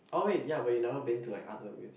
oh wait ya but you never been to like other museum